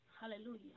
Hallelujah